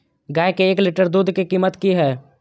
गाय के एक लीटर दूध के कीमत की हय?